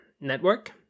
network